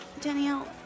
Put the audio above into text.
Danielle